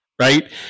right